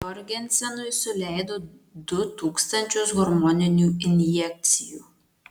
jorgensenui suleido du tūkstančius hormoninių injekcijų